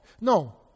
No